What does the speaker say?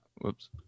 whoops